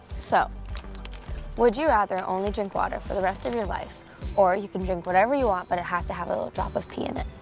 so would you rather only drink water for the rest of your life or you can drink whatever you want but it has to have a little drop of pee in